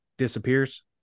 disappears